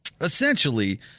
essentially